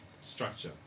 structure